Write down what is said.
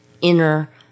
inner